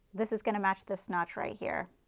this is going to match this notch right here.